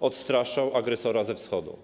odstraszał agresora ze Wschodu.